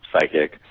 psychic